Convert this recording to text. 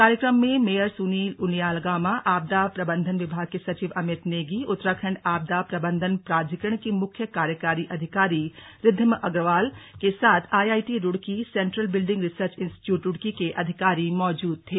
कार्यक्रम में मेयर सुनील उनियाल गामा आपदा प्रबंधन विभाग के सचिव अमित नेगी उत्तराखंड आपदा प्रबंधन प्राधिकरण की मुख्य कार्यकारी अधिकारी रिद्विम अग्रवाल के साथ IIT Roorkee central building research institute Roorkee के अधिकारी मौजूद थे